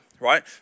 right